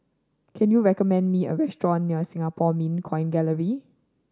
can you recommend me a restaurant near Singapore Mint Coin Gallery